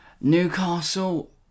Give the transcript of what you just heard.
Newcastle